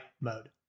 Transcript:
mode